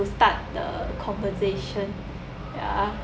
start the conversation ya